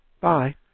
Bye